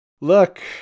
Look